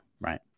right